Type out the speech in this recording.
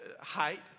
height